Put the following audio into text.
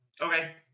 Okay